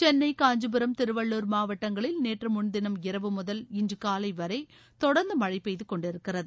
கென்னை காஞ்சிபுரம் திருவள்ளுர் மாவட்டங்களில் நேற்று முன்தினம் இரவு முதல் இன்று காலை வரை தொடர்ந்து மழை பெய்து கொண்டிருக்கிறது